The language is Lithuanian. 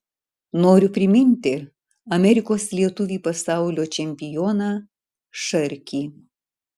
noriu priminti amerikos lietuvį pasaulio čempioną šarkį